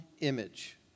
image